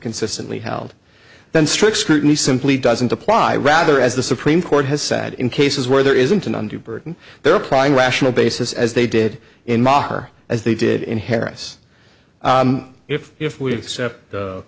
consistently held then strict scrutiny simply doesn't apply rather as the supreme court has said in cases where there isn't an undue burden they're applying rational basis as they did in mock or as they did in harris if if we accept